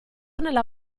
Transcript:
nella